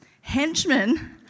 Henchmen